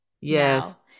yes